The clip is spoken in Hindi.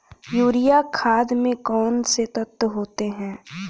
यूरिया खाद में कौन कौन से तत्व होते हैं?